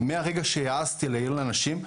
מהרגע שהעזתי לאנשים,